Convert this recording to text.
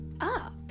up